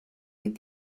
with